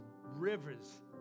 rivers